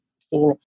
seen